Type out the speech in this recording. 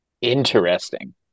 Interesting